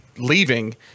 leaving